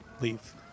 leave